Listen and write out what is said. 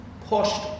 pushed